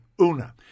Una